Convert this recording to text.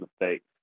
mistakes